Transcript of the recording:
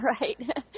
Right